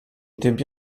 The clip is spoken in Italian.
tempi